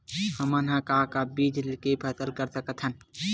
हमन ह का का बीज के फसल कर सकत हन?